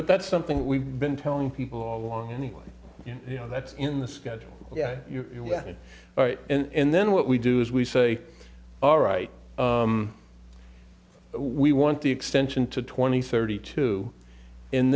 but that's something we've been telling people all along anyway you know that's in the schedule yeah you're right and then what we do is we say all right we want the extension to twenty thirty two